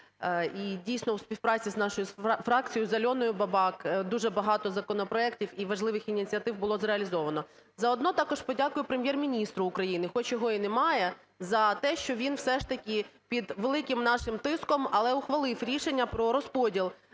І, дійсно, в співпраці з нашою фракцією, з Альоною Бабак дуже багато законопроектів і важливих ініціативи було зреалізовано. Заодно також подякую Прем'єр-міністру України, хоч його і немає, за те, що він все ж таки під великим нашим тиском, але ухвалив рішення про розподіл